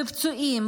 בפצועים,